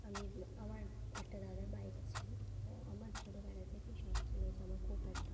আমি আমার একটা দাদার বাইক ছিলো তো আমার ছোটোবেলা থেকেই শখ ছিলো যে আমার খুব একটা